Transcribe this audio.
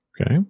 Okay